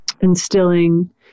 instilling